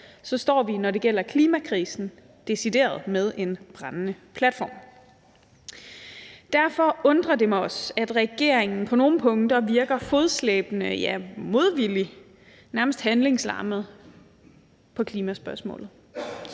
så står vi, når det gælder klimakrisen, decideret med en brændende platform. Derfor undrer det mig også, at regeringen på nogle punkter virker fodslæbende, ja, modvillig, nærmest handlingslammet i klimaspørgsmålet.